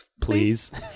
Please